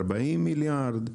ארבעים מיליארד,